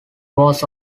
was